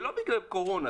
ולא בגלל קורונה.